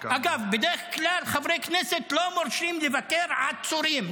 אגב, בדרך כלל חברי כנסת לא מורשים לבקר עצורים.